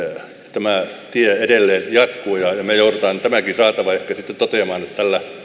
tämä tie edelleen jatkuu ja ja me joudumme tästäkin saatavasta ehkä sitten toteamaan että